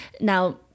now